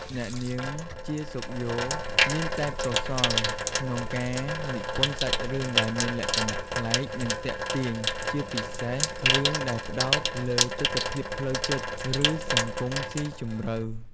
អ្នកនាង ជា សុខយ៉ូ មានទេពកោសល្យក្នុងការនិពន្ធសាច់រឿងដែលមានលក្ខណៈប្លែក និងទាក់ទាញ ជាពិសេសរឿងដែលផ្តោតលើទិដ្ឋភាពផ្លូវចិត្ត ឬសង្គមស៊ីជម្រៅ។